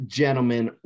gentlemen